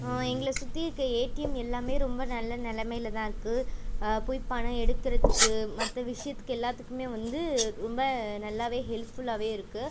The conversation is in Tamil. எங்களை சுற்றி இருக்கற ஏடிஎம் எல்லாமே ரொம்ப நல்ல நிலமைல தான் இருக்குது போய் பணம் எடுக்கிறத்துக்கு மற்ற விஷயத்துக்கு எல்லாத்துக்குமே வந்து ரொம்ப நல்லாவே ஹெல்ஃபுல்லாவே இருக்குது